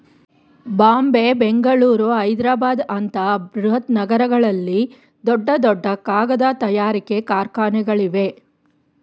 ಬಾಂಬೆ, ಬೆಂಗಳೂರು, ಹೈದ್ರಾಬಾದ್ ಅಂತ ಬೃಹತ್ ನಗರಗಳಲ್ಲಿ ದೊಡ್ಡ ದೊಡ್ಡ ಕಾಗದ ತಯಾರಿಕೆ ಕಾರ್ಖಾನೆಗಳಿವೆ